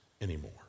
anymore